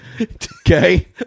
Okay